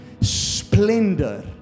splendor